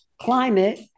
climate